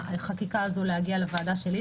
החקיקה הזו אמורה להגיע לוועדה שלי,